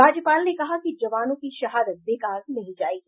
राज्यपाल ने कहा कि जवानों की शहादत बेकार नहीं जायेगी